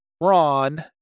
Ron